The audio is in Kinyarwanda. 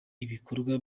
ibikorwa